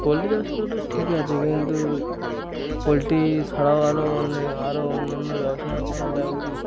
poultry চাষ করাটা ঠিকই আছে কিন্তু পোলট্রি ছাড়াও আরও অনেক আরও অন্য অন্য ব্যবসা করাটা উচিত